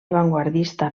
avantguardista